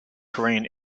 korean